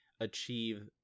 achieve